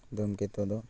ᱫᱷᱩᱢᱠᱮᱛᱩ ᱫᱚ